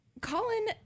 Colin